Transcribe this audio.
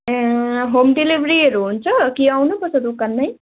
ए home डेलिभरीहरू हुन्छ कि आउनुपर्छ दोकानमै